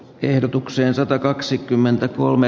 ehdotukseen satakaksikymmentäkolme